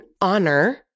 honor